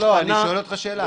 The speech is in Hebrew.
אני שואל אותך שאלה.